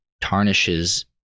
tarnishes